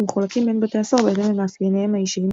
המחולקים בין בתי הסוהר בהתאם למאפייניהם האישיים,